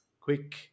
quick